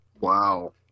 wow